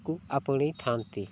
ଙ୍କୁ ଆପଣେଇଥାଆନ୍ତି